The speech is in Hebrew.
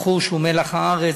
בחור שהוא מלח הארץ,